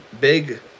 big